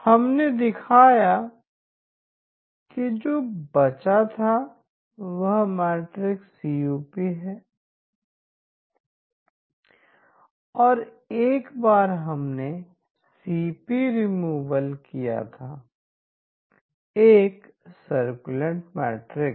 हमने दिखाया कि जो बचा था वह मैट्रिक्स Cup है और एक बार हमने सीपी रिमूवल किया था एक सरक्योंलट मैट्रिक्स